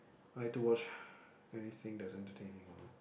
like to watch anything that is entertaining lah